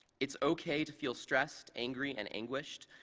it's ok to feel stressed, angry, and anguished,